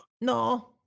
No